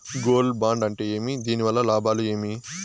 Gold bond అంటే ఏమి? దీని వల్ల లాభాలు ఏమి?